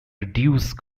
reduce